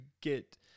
get